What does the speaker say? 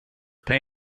pay